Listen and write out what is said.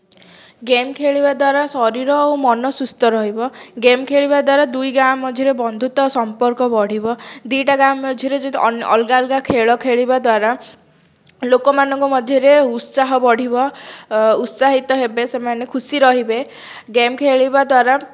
game ଖେଳିବା ଦ୍ୱାରା ଶରୀର ଆଉ ମନ ସୁସ୍ଥ ରହିବ ଗେମ୍ ଖେଳିବା ଦ୍ୱାରା ଦୁଇ ଗାଁ ମଧ୍ୟରେ ବନ୍ଧୁତ୍ୱ ସମ୍ପର୍କ ବଢ଼ିବ ଦୁଇଟା ଗାଁ ମଝିରେ ଅଲଗା ଅଲଗା ଖେଳ ଖେଳିବା ଦ୍ୱାରା ଲୋକମାନଙ୍କ ମଧ୍ୟରେ ଉତ୍ସାହ ବଢ଼ିବ ଉତ୍ସାହିତ ହେବେ ସେମାନେ ଖୁସି ରହିବେ ଗେମ୍ ଖେଳିବା ଦ୍ୱାରା